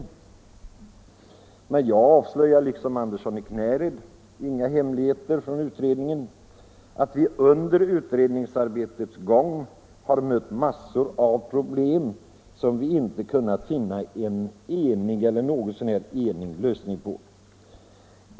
Varken jag eller herr Andersson i Knäred avslöjar några hemligheter från utredningen genom att tala om att vi under arbetets gång har mött massor av problem beträffande vilkas lösning vi inte har kunnat enas.